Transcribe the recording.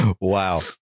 wow